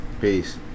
Peace